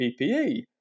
PPE